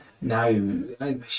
No